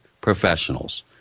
professionals